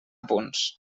punts